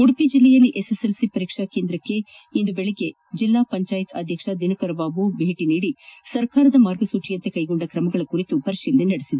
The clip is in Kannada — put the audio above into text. ಉಡುಪಿ ಜಿಲ್ಲೆಯಲ್ಲಿ ಎಸ್ ಎಲ್ ಸಿ ಪರೀಕ್ಷಾ ಕೇಂದ್ರಗಳಿಗೆ ಇಂದು ಬೆಳಗ್ಗೆ ಜಿಲ್ಲಾ ಪಂಚಾಯತ್ ಅಧ್ಯಕ್ಷ ದಿನಕರ ಬಾಬು ಭೇಟಿ ನೀಡಿ ಸರಕಾರದ ಮಾರ್ಗಸೂಚಿಯಂತೆ ಕೈಗೊಂಡ ಕ್ರಮಗಳ ಕುರಿತು ಪರಿತೀಲನೆ ನಡೆಸಿದರು